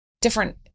different